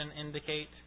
indicate